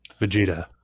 Vegeta